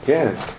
Yes